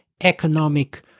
economic